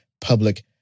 public